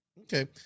Okay